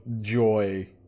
joy